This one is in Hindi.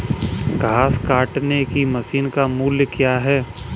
घास काटने की मशीन का मूल्य क्या है?